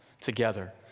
together